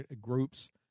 groups